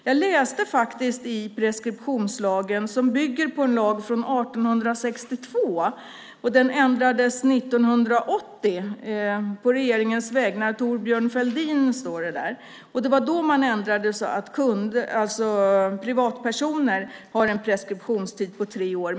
Jag läste faktiskt preskriptionslagen, som bygger på en lag från 1862 som ändrades 1980. Det står: På regeringens vägnar Thorbjörn Fälldin. Det var 1980 som lagen ändrades och det infördes en preskriptionstid för privatpersoner på tre år.